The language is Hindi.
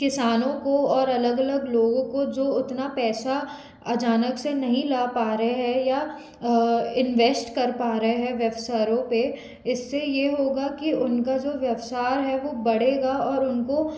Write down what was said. किसानों को और अलग अलग लोगों को जो उतना पैसा अचानक से नहीं ला पा रहे है या इन्वेश्ट कर पा रए हैं व्यवसरों पर इससे ये होगा कि उनका जो व्यवसाय है वो बढ़ेगा और उनको